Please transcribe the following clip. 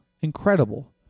Incredible